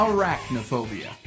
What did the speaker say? Arachnophobia